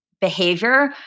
behavior